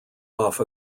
off